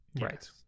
right